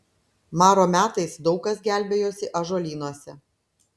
maro metais daug kas gelbėjosi ąžuolynuose